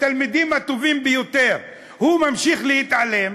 התלמידים הטובים ביותר הוא ממשיך להתעלם,